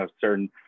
certain